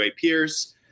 peers